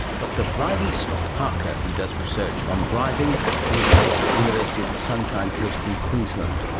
dr bridie scott-parker who does research on driving and is based at the university of the sunshine coast in queensland.